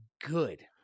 good